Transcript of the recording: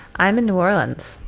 i'm in new orleans,